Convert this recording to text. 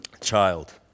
child